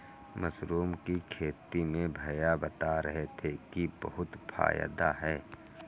mushroom की खेती में भैया बता रहे थे कि बहुत फायदा है